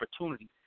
opportunity